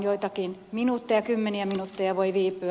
joitakin minuutteja kymmeniä minuutteja voi viipyä